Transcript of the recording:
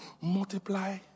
multiply